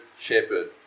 shepherd